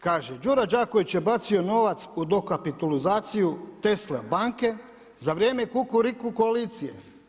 Kaže, Đuro Đaković je bacio novac u dokapitalizaciju Tesline banke za vrijeme Kukuriku koalicije.